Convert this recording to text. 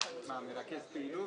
מה, מרכז פעילות?